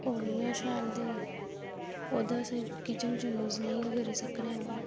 ओह् नेईं ऐ शैल ते ओह्दा अस किचन च जूय नीं करी सकने आं